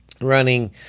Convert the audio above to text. running